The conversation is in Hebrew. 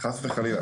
חס וחלילה.